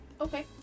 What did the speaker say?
Okay